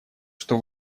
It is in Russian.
что